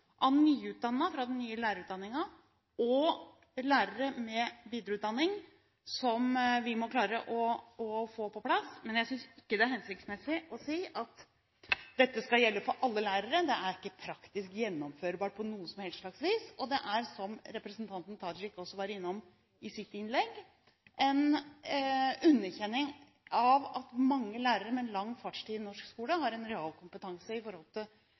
av nyutdannede fra den nye lærerutdanningen og lærere med videreutdanning som vi må klare å få på plass, men jeg synes ikke det er hensiktsmessig å si at dette skal gjelde for alle lærere. Det er ikke praktisk gjennomførbart på noe som helst slags vis. Det er som representanten Tajik også var innom i sitt innlegg, en underkjenning av at mange lærere med en lang fartstid i norsk skole har en realkompetanse i